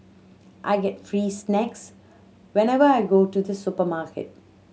I get free snacks whenever I go to the supermarket